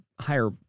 higher